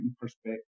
perspective